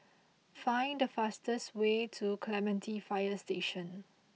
find the fastest way to Clementi Fire Station